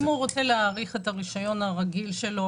אם הוא רוצה להאריך את הרישיון הרגיל שלו,